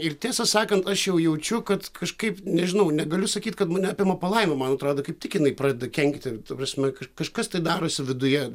ir tiesą sakant aš jau jaučiu kad kažkaip nežinau negaliu sakyt kad mane apima palaima man atrodo kaip tik jinai pradeda kenkti ta prasme kaž kažkas tai darosi viduje